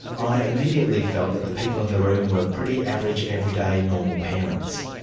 i immediately felt that the people in the room were pretty average, everyday, normal parents.